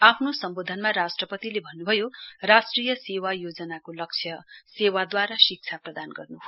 आफ्नो सम्बोधनमा राष्ट्रपतिले भन्नुभयो राष्ट्रिय सेवा योजनाको लक्ष्य सेवाद्वारा शिक्षा प्रदान गर्नु हो